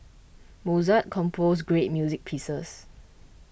Mozart composed great music pieces